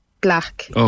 black